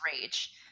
rage